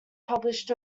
published